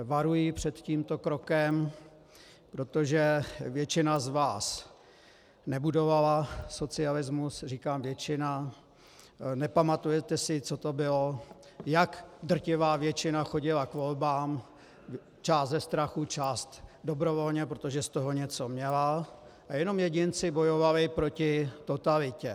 Varuji před tímto krokem, protože většina z vás nebudovala socialismus, říkám většina, nepamatujete si, co to bylo, jak drtivá většina chodila k volbám, část ze strachu, část dobrovolně, protože z toho něco měla, a jenom jedinci bojovali proti totalitě.